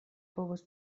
povos